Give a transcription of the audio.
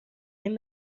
این